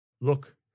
Look